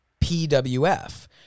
PWF